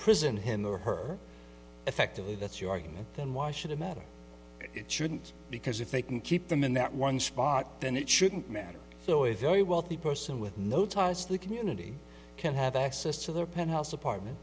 imprison him or her effectively that's your argument then why should it matter it shouldn't because if they can keep them in that one spot then it shouldn't matter so is very wealthy person with no ties the community can have access to their penthouse apartment